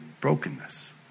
brokenness